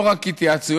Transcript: לא רק התייעצויות.